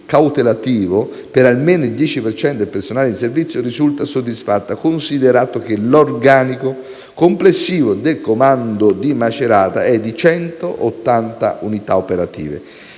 cautelativo per almeno il 10 per cento del personale in servizio risulta soddisfatta, considerato che l'organico complessivo del comando di Macerata è di 180 unità operative.